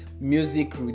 music